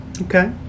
okay